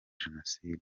jenoside